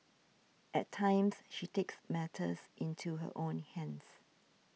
at times she takes matters into her own hands